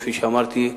כפי שאמרתי,